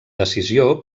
decisió